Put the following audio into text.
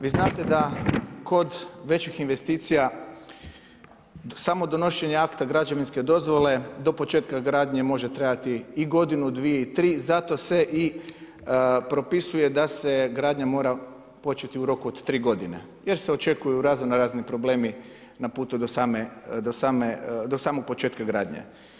Vi znate da kod većih investicija samo donošenje akta građevinske dozvole do početka gradnje može trajati i godinu, dvije i tri i zato se i propisuje da se gradnja mora početi u roku od 3 godine, jer se očekuju razno-razni problemi na putu do samog početka gradnje.